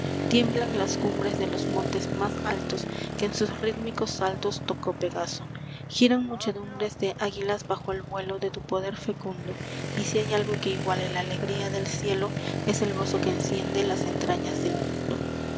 tiemblan las cumbres de los montes más altos que en sus rítmicos saltos tocó pegaso giran muchedumbres de águilas bajo el vuelo de tu poder fecundo y si hay algo que iguale la alegría del cielo es el gozo que enciende las entrañas del mundo